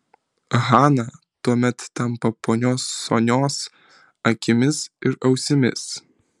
hana tuomet tampa ponios sonios akimis ir ausimis